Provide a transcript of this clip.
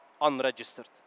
unregistered